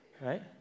right